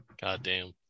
Goddamn